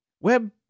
Web